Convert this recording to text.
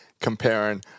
comparing